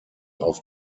auf